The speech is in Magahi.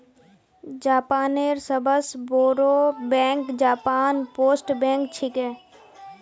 जापानेर सबस बोरो बैंक जापान पोस्ट बैंक छिके